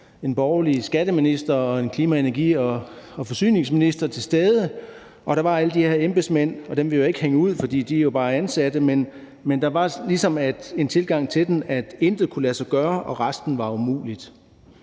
en borgerlig skatteminister og en klima-, energi- og forsyningsminister til stede, og der var alle de her embedsmænd. Dem vil jeg ikke hænge ud, for de er jo bare ansatte, men der var ligesom den tilgang til det, at intet kunne lade sig gøre, og at resten var umuligt.